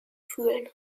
fühlen